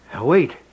Wait